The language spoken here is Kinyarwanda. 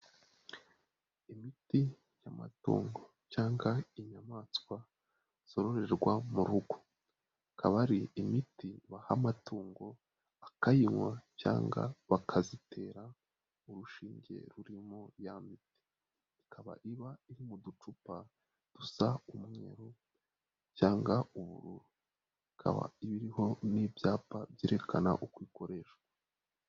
Imiti y'amatungo cyangwa inyamaswa zororerwa mu rugo, akaba ari imiti baha amatungo akayinywa cyangwa bakazitera urushinge ruri mu ya miti, ikaba iba iri mu ducupa dusa umweru cyangwa uburu, ikaba ibiriho n'ibyapa byerekana uko ikoresha.